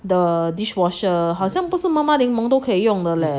the dishwasher 好像不是 mama 柠檬都可以用的 leh